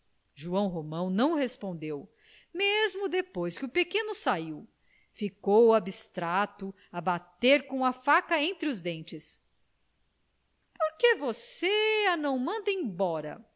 joão romão não respondeu mesmo depois que o pequeno saiu ficou abstrato a bater com a faca entre os dentes por que você a não manda embora